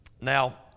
Now